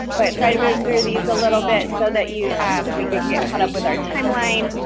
but try to move through these a little bit so that you we can get caught up with our time line.